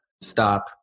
stop